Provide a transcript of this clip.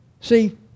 See